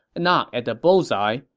not at the bullseye,